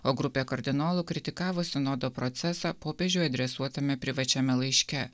o grupė kardinolų kritikavo sinodo procesą popiežiui adresuotame privačiame laiške